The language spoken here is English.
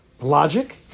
logic